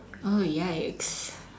oh yikes